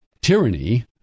tyranny